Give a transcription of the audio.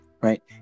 right